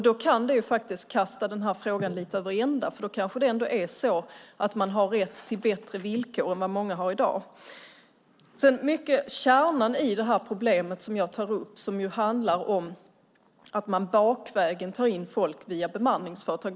Det kan faktiskt kasta den här frågan över ända, för då kanske det ändå är så att man har rätt till bättre villkor än vad många har i dag. Kärnan i det här problemet handlar om att man bakvägen tar in folk via bemanningsföretag.